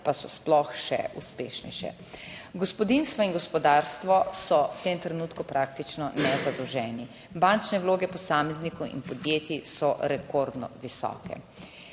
pa so sploh še uspešnejše. Gospodinjstva in gospodarstvo so v tem trenutku praktično nezadolženi, bančne vloge posameznikov in podjetij so rekordno visoke.